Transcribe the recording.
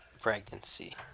Pregnancy